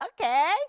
Okay